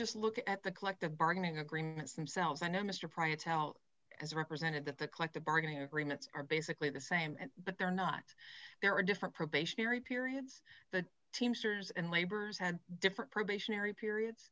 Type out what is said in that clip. just look at the collective bargaining agreements themselves i know mr pryor tell as represented that the collective bargaining agreements are basically the same but they're not there are different probationary period the teamsters and laborers had different probationary period